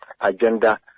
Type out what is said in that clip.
agenda